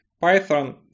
Python